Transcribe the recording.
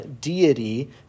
deity